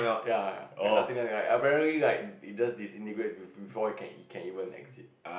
ya ya like nothing okay right apparently like it's just disintegrate before before it can it can even exit